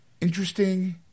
interesting